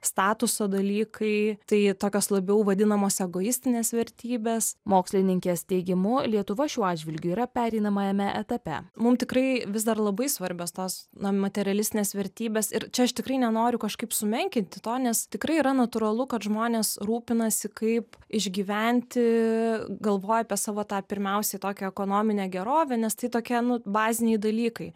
statuso dalykai tai tokios labiau vadinamos egoistinės vertybės mokslininkės teigimu lietuva šiuo atžvilgiu yra pereinamajame etape mum tikrai vis dar labai svarbios tos na materialistinės vertybės ir čia aš tikrai nenoriu kažkaip sumenkinti to nes tikrai yra natūralu kad žmonės rūpinasi kaip išgyventi galvoja apie savo tą pirmiausiai tokią ekonominę gerovę nes tai tokie nu baziniai dalykai